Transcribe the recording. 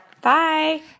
bye